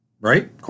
Right